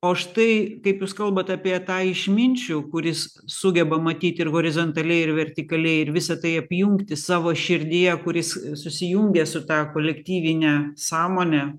o štai kaip jūs kalbat apie tą išminčių kuris sugeba matyti ir horizontaliai ir vertikaliai ir visa tai apjungti savo širdyje kuris susijungia su ta kolektyvine sąmone